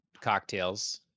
cocktails